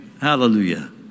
Hallelujah